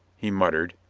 he muttered,